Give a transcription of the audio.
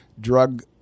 drug